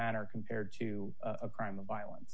manner compared to a crime of violence